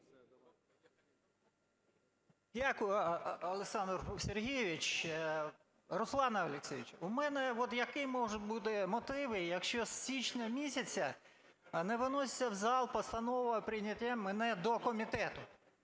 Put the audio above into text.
Дякую, Олександр Сергійович. Руслан Олексійович, у мене от які можуть бути мотиви, якщо з січня місяця не виноситься в зал постанова прийняття мене до комітету?